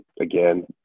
again